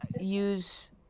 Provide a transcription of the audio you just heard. use